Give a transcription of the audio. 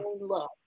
love